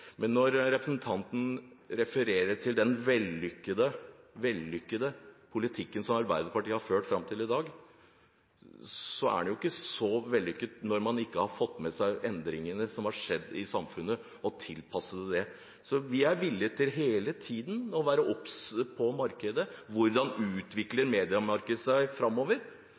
Men representanten refererer til den vellykkede politikken som Arbeiderpartiet har ført fram til i dag. Den er jo ikke så vellykket når man ikke har fått med seg endringene som har skjedd i samfunnet, og tilpasset den til dem. Vi er villig til hele tiden å være obs på markedet og hvordan mediemarkedet utvikler seg framover.